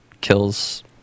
Kills